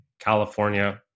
California